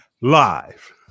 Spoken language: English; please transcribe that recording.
Live